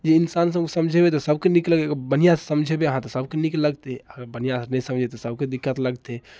जे इन्सान सबके समझेबै तऽ सबके नीक लगतै बढ़िआँसँ समझेबै अहाँ तऽ सबके नीक लगतै आर बढ़िआँसँ नहि समझेबै तऽ सबके दिक्कत लगतै